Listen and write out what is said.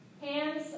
Hands